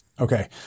Okay